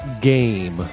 game